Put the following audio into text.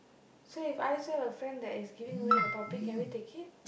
so If I said If I have a friend that is giving away a puppy can we take it